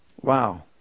Wow